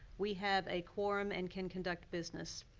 we have a quorum and can conduct business.